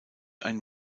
ein